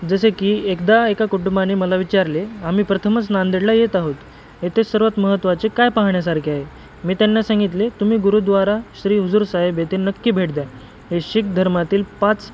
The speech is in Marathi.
जसे की एकदा एका कुटुंबाने मला विचारले आम्ही प्रथमच नांदेडला येत आहोत येथे सर्वात महत्त्वाचे काय पाहण्यासारखे आहे मी त्यांना सांगितले तुम्ही गुरुद्वारा श्री हुजूरसाहेब येथे नक्की भेट द्या हे शीख धर्मातील पाच